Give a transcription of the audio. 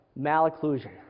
Malocclusion